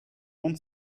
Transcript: monde